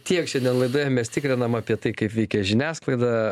tiek šiandien laidoje mes tikrinam apie tai kaip veikia žiniasklaida